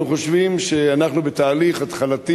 אנחנו חושבים שאנחנו בתהליך התחלתי